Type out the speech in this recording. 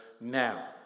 now